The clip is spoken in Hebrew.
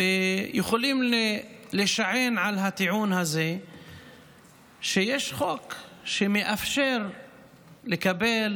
והם יכולים להישען על הטיעון הזה שיש חוק שמאפשר לקבל